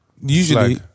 Usually